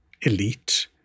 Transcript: elite